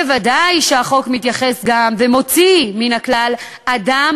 ודאי שהחוק מתייחס ומוציא מן הכלל אדם